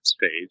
page